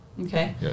Okay